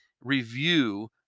review